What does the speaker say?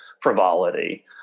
frivolity